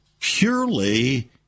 purely